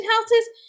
houses